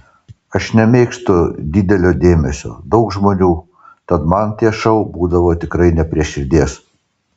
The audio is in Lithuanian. aš nemėgstu didelio dėmesio daug žmonių tad man tie šou būdavo tikrai ne prie širdies